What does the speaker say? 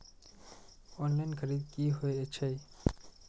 Online खरीद की होए छै?